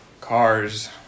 cars